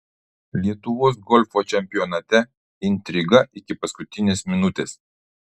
lietuvos golfo čempionate intriga iki paskutinės minutės